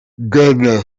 ghana